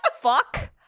fuck